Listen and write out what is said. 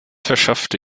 verschaffte